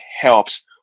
helps